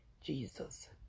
Jesus